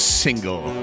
single